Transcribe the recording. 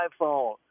iPhone